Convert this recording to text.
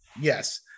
yes